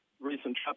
recent